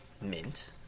Mint